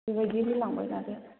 बेबायदि होलांबाय थादो